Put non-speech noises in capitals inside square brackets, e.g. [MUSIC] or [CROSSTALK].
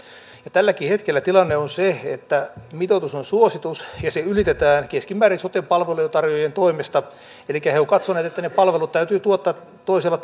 tälläkin hetkellä tilanne on se että mitoitus on suositus ja se keskimäärin ylitetään sote palvelujen tarjoajien toimesta elikkä he ovat katsoneet että ne palvelut täytyy tuottaa toisella [UNINTELLIGIBLE]